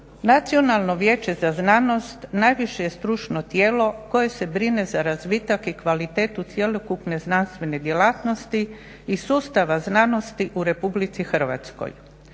Nacionalno vijeće za znanost najviše je stručno tijelo koje se brine za razvitak i kvalitetu cjelokupne znanstvene djelatnosti i sustava znanosti u Republici Hrvatskoj.